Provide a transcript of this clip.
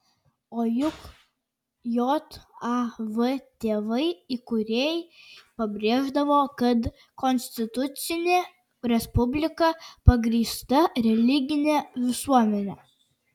o juk jav tėvai įkūrėjai pabrėždavo kad konstitucinė respublika pagrįsta religine visuomene